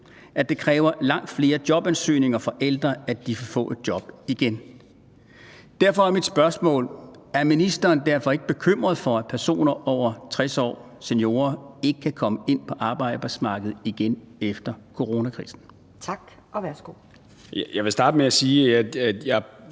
at det kræver langt flere jobansøgninger for ældre for at få et job igen. Derfor er mit spørgsmål: Er ministeren ikke bekymret for, at personer over 60 år, altså seniorer, ikke kan komme ind på arbejdsmarkedet igen efter coronakrisen? Kl. 18:10 Anden næstformand (Pia